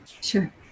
Sure